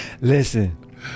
Listen